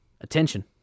attention